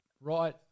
Right